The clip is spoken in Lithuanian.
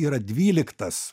yra dvyliktas